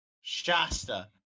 Shasta